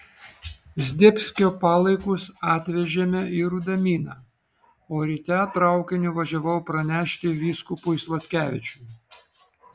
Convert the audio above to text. zdebskio palaikus atvežėme į rudaminą o ryte traukiniu važiavau pranešti vyskupui sladkevičiui